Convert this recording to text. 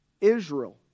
Israel